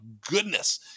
goodness